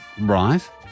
right